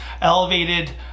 elevated